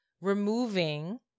removing